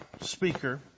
speaker